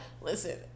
Listen